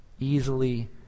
easily